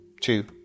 two